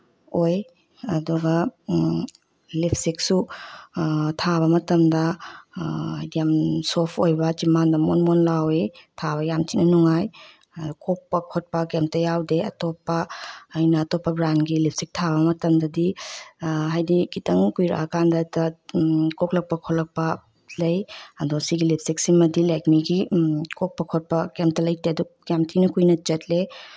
ꯑꯣꯏ ꯑꯗꯨꯒ ꯂꯤꯞꯁꯇꯤꯛꯁꯨ ꯊꯥꯕ ꯃꯇꯝꯗ ꯌꯥꯝ ꯁꯣꯐ ꯑꯣꯏꯕ ꯆꯤꯝꯕꯥꯟꯗ ꯃꯣꯟ ꯃꯣꯟ ꯂꯥꯎꯋꯦ ꯊꯥꯕ ꯌꯥꯝ ꯊꯤꯅ ꯅꯨꯡꯉꯥꯏ ꯀꯣꯛꯄ ꯈꯣꯠꯄ ꯀꯦꯝꯇ ꯌꯥꯎꯗꯦ ꯑꯇꯣꯞꯄ ꯑꯩꯅ ꯑꯇꯣꯞꯄ ꯕ꯭ꯔꯥꯟꯒꯤ ꯂꯤꯞꯁꯇꯤꯛ ꯊꯥꯕ ꯃꯇꯝꯗꯗꯤ ꯍꯥꯏꯗꯤ ꯈꯤꯇꯪ ꯀꯨꯏꯔꯛꯑꯀꯥꯟꯗ ꯀꯣꯛꯂꯛꯄ ꯈꯣꯠꯂꯛꯄ ꯂꯩ ꯑꯗꯣ ꯁꯤꯒꯤ ꯂꯤꯞꯁꯇꯤꯛ ꯁꯤꯃꯗꯤ ꯂꯦꯛꯃꯤꯒꯤ ꯀꯣꯛꯄ ꯈꯣꯠꯄ ꯀꯦꯝꯇ ꯂꯩꯇꯦ ꯑꯗꯨꯛ ꯌꯥꯝ ꯊꯤꯅ ꯀꯨꯏꯅ ꯆꯠꯂꯦ